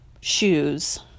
shoes